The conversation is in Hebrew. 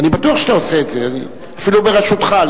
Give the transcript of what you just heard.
אפילו בראשותך,